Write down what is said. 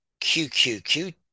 QQQ